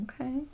okay